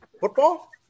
football